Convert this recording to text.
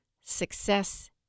Success